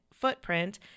footprint